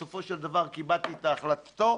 בסופו של דבר קיבלתי את החלטתו,